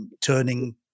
turning